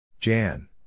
Jan